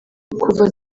kuva